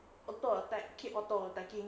auto attack keep auto attacking